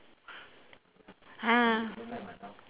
ah